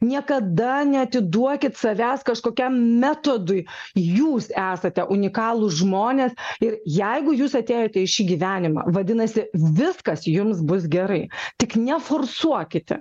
niekada neatiduokit savęs kažkokiam metodui jūs esate unikalūs žmonės ir jeigu jūs atėjote į šį gyvenimą vadinasi viskas jums bus gerai tik neforsuokite